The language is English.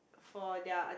for their